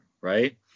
right